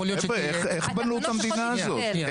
יכול להיות שהיא תהיה --- איך בנו את המדינה הזאת?